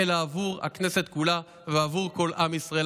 אלא עבור הכנסת כולה ועבור כל עם ישראל.